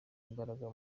imbaraga